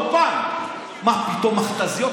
באולפן: מה פתאום מכת"זיות?